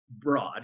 broad